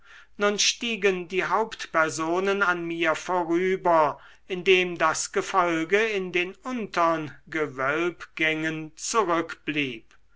nun stiegen die hauptpersonen an mir vorüber indem das gefolge in den untern